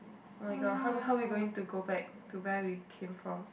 oh-my-god how we how we going to go back to where we came from